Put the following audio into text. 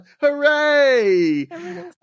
Hooray